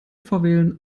vorwählen